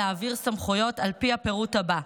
להעביר סמכויות על פי הפירוט הזה: